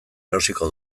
erosiko